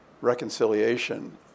reconciliation